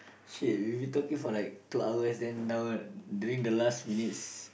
shit we've been talking for like two hours then now doing the last we need